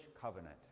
covenant